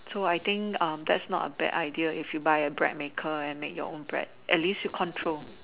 so I think um that's not a bad idea if you buy a bread maker and make your own bread at least you control